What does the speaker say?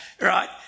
right